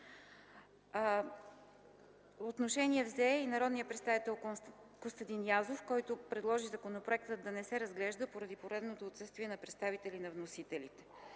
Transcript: Отношение взе и народният представител Костадин Язов, който предложи законопроектът да не се разглежда поради поредното отсъствие на представител на вносителите.